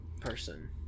person